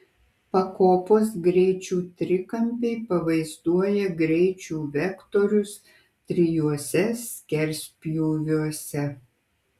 pakopos greičių trikampiai pavaizduoja greičių vektorius trijuose skerspjūviuose